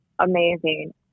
amazing